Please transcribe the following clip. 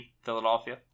Philadelphia